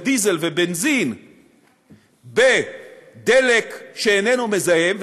דיזל ובנזין בדלק שאיננו מזהם,